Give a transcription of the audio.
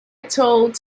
told